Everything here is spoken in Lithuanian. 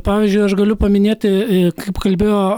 pavyzdžiui aš galiu paminėti kaip kalbėjo